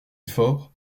effort